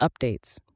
updates